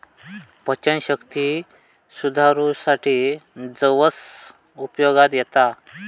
पचनशक्ती सुधारूसाठी जवस उपयोगाक येता